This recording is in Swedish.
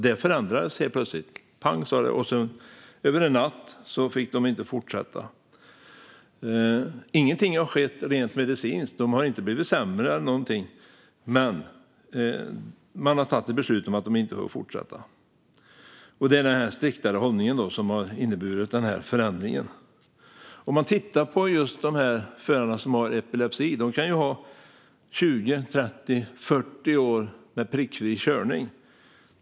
Detta förändrades plötsligt. Över en natt fick de plötsligt inte fortsätta köra. Rent medicinskt har ingenting skett. De har inte blivit sämre. Men man har tagit beslut om att de inte får fortsätta köra. Det är en striktare hållning som har inneburit denna förändring. De förare som har epilepsi kan ha 20, 30 eller 40 års prickfri körning bakom sig.